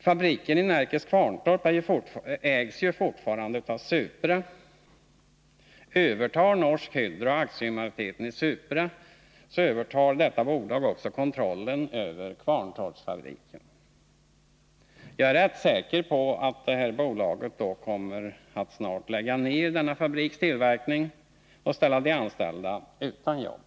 Fabriken i Närkes Kvarntorp ägs ju fortfarande av Supra. Övertar Norsk Hydro aktiemajoriteten i Supra, så övertar detta bolag också kontrollen över Kvarntorpsfabriken. Jag är rätt säker på att detta bolag då kommer att snart Nr 38 lägga ned denna fabriks tillverkning och ställa de anställda utan jobb.